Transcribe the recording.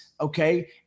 Okay